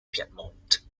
piedmont